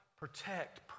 protect